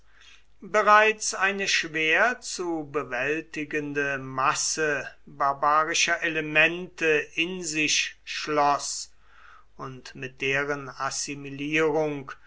bereits eine schwer zu bewältigende masse barbarischer elemente in sich schloß und mit deren assimilierung